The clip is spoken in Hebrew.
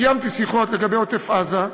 קיימתי שיחות לגבי עוטף-עזה,